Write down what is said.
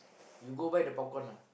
you go buy the popcorn lah